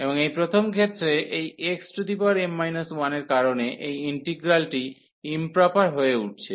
এবং এই প্রথম ক্ষেত্রে এই xm 1 এর কারণে এই ইন্টিগ্রালটি ইম্প্রপার হয়ে উঠছে